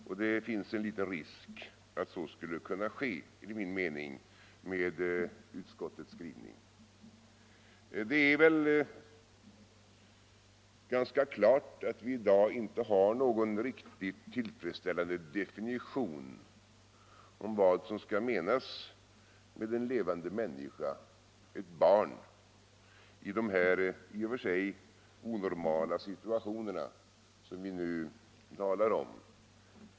Det finns enligt min mening litet risk för att så skall kunna ske med utskottets skrivning. Det är ganska klart att vi i dag inte har någon riktigt tillfredsställande definition för vad som skall menas med en levande människa, ett barn, i de i och för sig onormala situationer som vi nu talar om.